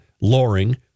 Loring